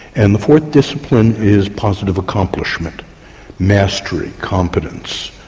and the fourth discipline is positive accomplishment mastery, competence,